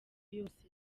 yose